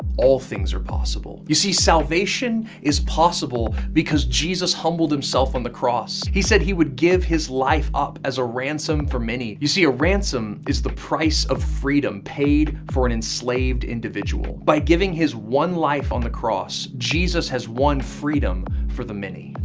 all things are possible. you see, salvation is possible because jesus humbled himself on the cross. he said he would give his life up as a ransom for many. you see, a ransom is the price of freedom paid for an enslaved individual. by giving his one life on the cross, jesus has won freedom for the many.